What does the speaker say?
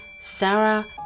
Sarah